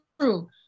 true